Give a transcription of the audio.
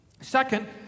Second